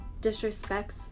disrespects